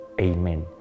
Amen